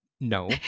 No